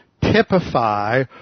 typify